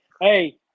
Hey